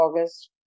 August